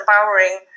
empowering